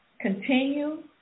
continue